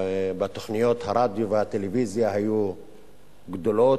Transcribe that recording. ובתוכניות הרדיו והטלוויזיה היו גדולות,